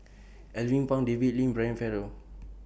Alvin Pang David Lim Brian Farrell